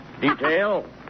Detail